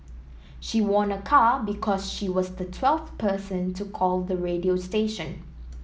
she won a car because she was the twelfth person to call the radio station